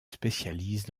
spécialise